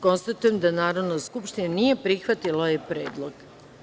Konstatujem da Narodna skupština nije prihvatila ovaj predlog.